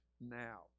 now